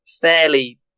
fairly